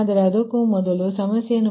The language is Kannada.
ಆದ್ದರಿಂದ ಆದರೆ ಅದಕ್ಕೂ ಮೊದಲು ಸಮಸ್ಯೆಯನ್ನು